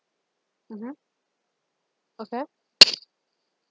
mmhmm okay